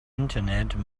internet